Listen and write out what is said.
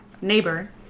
neighbor